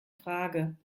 frage